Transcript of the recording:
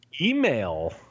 email